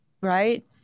Right